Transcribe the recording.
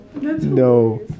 no